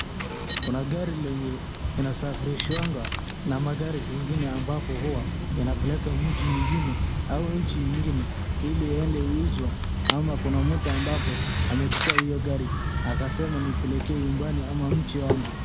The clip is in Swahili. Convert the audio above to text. Kuna gari lenye inasafirishwagwa na magari zingine ambapo huwa yanapelekwa mji mwingine au nchi ingine ili iende iuzwe ama kuna mtu ambapo amechukua hiyo gari akesema nipelekee nyumbani ama mji wangu.